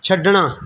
ਛੱਡਣਾ